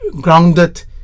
grounded